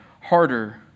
harder